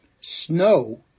Snow